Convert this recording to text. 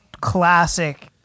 classic